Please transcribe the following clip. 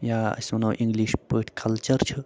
یا أسۍ وَنو اِنٛگلِش پٲٹھۍ کلچر چھِ